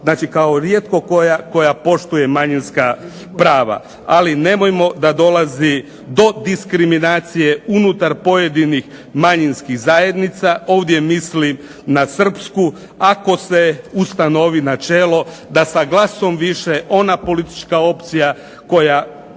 znači kao rijetko koja poštuje manjinska prava, ali nemojmo da dolazi do diskriminacije unutar pojedinih manjinskih zajednica, ovdje mislim na srpsku. Ako se ustanovi načelo da sa glasom više ona politička opcija koja